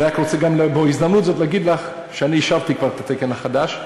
אני רק רוצה גם בהזדמנות הזאת להגיד לך שאני אישרתי כבר את התקן החדש,